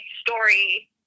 story